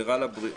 זה רע לבריאות,